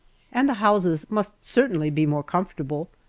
and the houses must certainly be more comfortable,